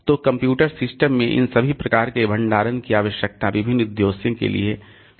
तो computer system में इन सभी प्रकार के भंडारण की आवश्यकता विभिन्न उद्देश्यों के लिए होती है